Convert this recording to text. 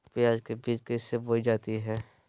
प्याज के बीज कैसे बोई जाती हैं?